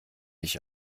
ich